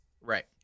Right